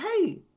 hey